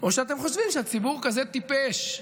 או שאתם חושבים שהציבור כזה טיפש,